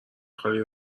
خالی